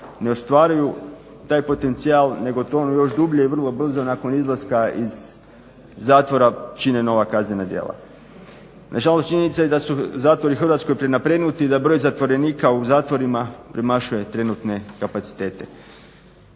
ne ostvaruju taj potencijal nego tonu još dublje i vrlo brzo nakon izlaska iz zatvora čine nova kaznena djela. Nažalost činjenica je da su zatvori u Hrvatskoj prenapregnuti i da broj zatvorenika u zatvorima premašuje trenutne kapacitete.